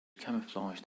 camouflaged